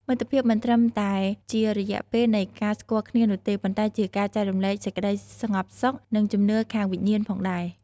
មិត្តភាពមិនត្រឹមតែជារយៈពេលនៃការស្គាល់គ្នានោះទេ ប៉ុន្តែជាការចែករំលែកសេចក្ដីស្ងប់សុខ និងជំនឿខាងវិញ្ញាណផងដែរ។